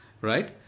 right